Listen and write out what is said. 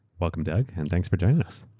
welcome doug and thanks for joining us.